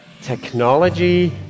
technology